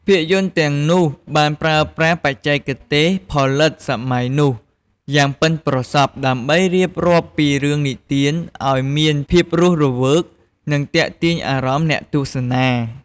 ភាពយន្តទាំងនោះបានប្រើប្រាស់ បច្ចេកទេសផលិតសម័យនោះ យ៉ាងប៉ិនប្រសប់ ដើម្បីរៀបរាប់ពីរឿងនិទានឲ្យមានភាពរស់រវើក និងទាក់ទាញអារម្មណ៍អ្នកទស្សនា។